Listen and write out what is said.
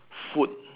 food